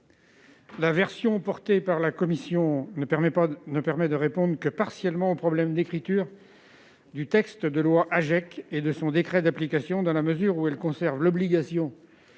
La version adoptée par la commission ne permet de répondre que partiellement au problème de rédaction que posaient le texte de la loi AGEC et son décret d'application, dans la mesure où elle conserve l'obligation